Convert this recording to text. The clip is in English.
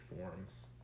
forms